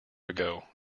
ago